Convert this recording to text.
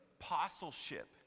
apostleship